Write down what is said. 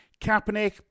Kaepernick